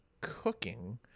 cooking